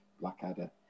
blackadder